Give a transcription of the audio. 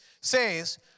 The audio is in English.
says